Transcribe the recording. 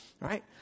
Right